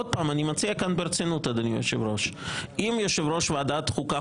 אם יושב ראש ועדת חוקה,